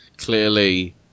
Clearly